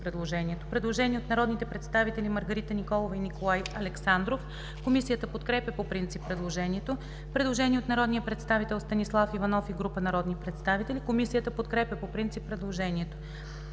Предложение от народните представители Маргарита Николова и Николай Александров. Комисията подкрепя по принцип предложението. Предложение от народния представител Станислав Иванов и група народни представители. Комисията подкрепя по принцип предложението.